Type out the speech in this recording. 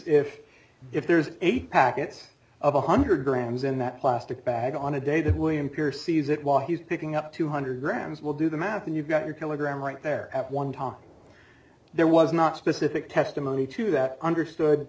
if if there's any packets of one hundred grams in that plastic bag on a day that william pierce sees it while he's picking up two hundred grams will do the math and you've got your telegram right there at one time there was not specific testimony to that understood